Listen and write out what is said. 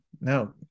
No